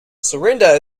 surrender